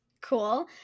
Cool